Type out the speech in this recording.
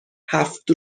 هفت